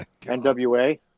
NWA